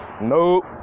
Nope